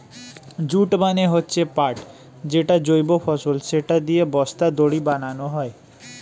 jute মানে হচ্ছে পাট যেটা জৈব ফসল, সেটা দিয়ে বস্তা, দড়ি বানানো হয়